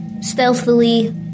stealthily